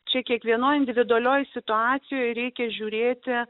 čia kiekvienoje individualioje situacijoje reikia žiūrėti